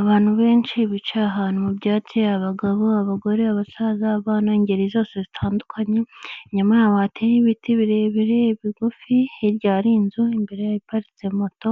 Abantu benshi bicaye ahantu mu byatsi abagabo, abagore, abasaza, abana ingeri zose zitandukanye nyayama hateye ibiti birebire bigufi hiryari inzu imbere ya iparitse moto